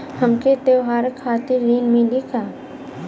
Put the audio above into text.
हमके त्योहार खातिर ऋण मिली का?